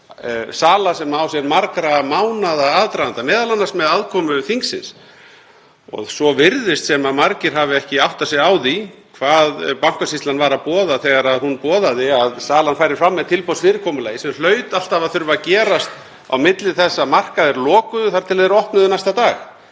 sala sem á sér margra mánaða aðdraganda, m.a. með aðkomu þingsins. Svo virðist sem margir hafi ekki áttað sig á því hvað Bankasýslan var að boða þegar hún boðaði að salan færi fram með tilboðsfyrirkomulagi sem hlaut alltaf að þurfa að gerast á milli þess að markaðir lokuðu þar til þeir opnuðu næsta dag.